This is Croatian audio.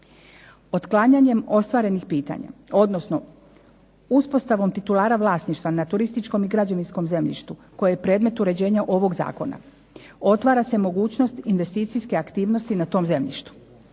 Otklanjanjem ostvarenih pitanja, odnosno uspostavom titulara vlasništva na turističkom i građevinskom zemljištu koje je predmet uređenja ovog zakona otvara se mogućnost investicijske aktivnosti na tom zemljištu,